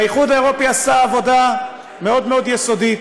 האיחוד האירופי עשה עבודה מאוד מאוד יסודית